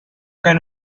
can